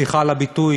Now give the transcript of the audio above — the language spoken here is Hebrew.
סליחה על הביטוי,